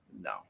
no